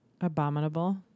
Abominable